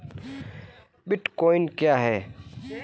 Bitcoin क्या है?